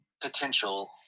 potential